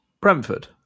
Brentford